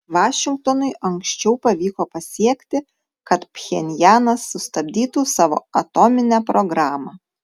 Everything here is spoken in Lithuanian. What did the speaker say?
vašingtonui anksčiau pavyko pasiekti kad pchenjanas sustabdytų savo atominę programą